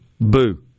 Boo